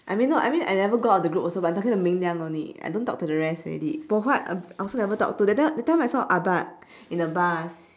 I mean no I mean I never go out in a group also but I'm talking to ming liang only I don't talk to the rest already po huat I also never talk to that time that time I saw abahd in the bus